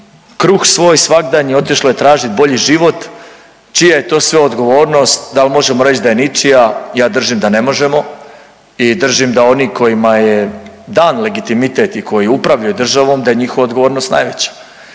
kruh svoj svagdanji, otišlo je tražit bolji život. Čija je to sve odgovornost, da li možemo reći da je ničija? Ja držim da ne možemo i držim da oni kojima je dan legitimitet i koji upravljaju državom da je njihova odgovornost najveća.